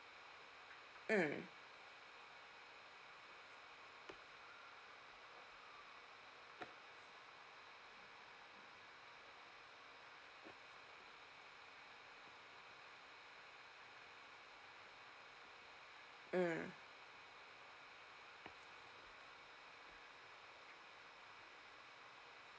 mm mm